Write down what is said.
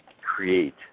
create